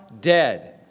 dead